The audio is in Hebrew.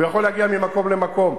הוא יכול להגיע ממקום למקום.